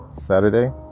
Saturday